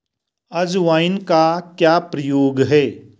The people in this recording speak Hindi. अजवाइन का क्या प्रयोग है?